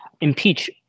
impeach